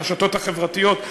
הרשתות החברתיות,